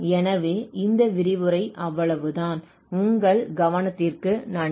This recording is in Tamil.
எனவே இந்த விரிவுரைக்கு அவ்வளவுதான் உங்கள் கவனத்திற்கு நன்றி